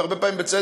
והרבה פעמים בצדק,